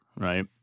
Right